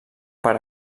per